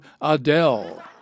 Adele